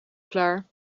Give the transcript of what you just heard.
klaar